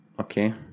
okay